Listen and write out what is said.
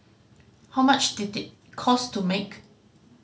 how much did it cost to make